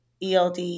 ELD